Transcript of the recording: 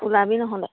ওলাবি নহ'লে